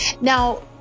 Now